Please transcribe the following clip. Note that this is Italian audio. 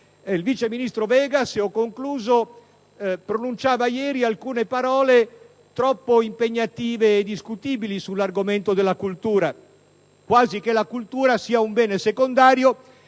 Il vice ministro Vegas pronunciava ieri alcune parole troppo impegnative e discutibili sull'argomento della cultura quasi che la cultura, sia un bene secondario